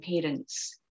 parents